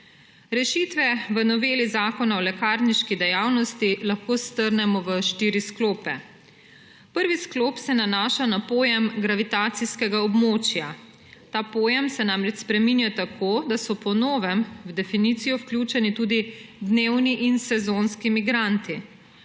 Rešitve v noveli Zakona o lekarniški dejavnosti lahko strnemo v štiri sklope. Prvi sklop se nanaša na pojem gravitacijskega območja. Ta pojem se namreč spreminja tako, da so po novem v definicijo vključeni tudi dnevni in sezonski migranti.